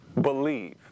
believe